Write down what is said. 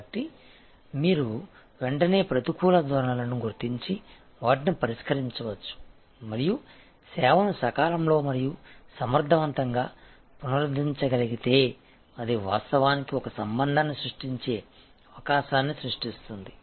కాబట్టి మీరు వెంటనే ప్రతికూల ధోరణులను గుర్తించి వాటిని పరిష్కరించవచ్చు మరియు సేవను సకాలంలో మరియు సమర్ధవంతంగా పునరుద్ధరించగలిగితే అది వాస్తవానికి ఒక సంబంధాన్ని సృష్టించే అవకాశాన్ని సృష్టిస్తుంది